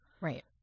Right